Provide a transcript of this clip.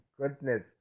goodness